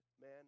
man